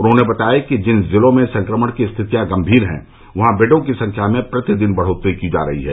उन्होंने बताया कि जिन जिलों में संक्रमण की स्थितियां गंभीर है वहां बेडों की संख्या में प्रतिदिन बढ़ोत्तरी की जा रही है